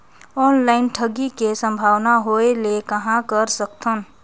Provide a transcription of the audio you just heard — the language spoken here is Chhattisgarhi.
ऑनलाइन ठगी के संभावना होय ले कहां कर सकथन?